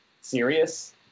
serious